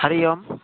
Hari Om